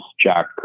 Jack